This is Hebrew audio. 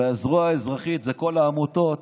והזרוע האזרחית זה כל העמותות